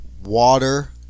water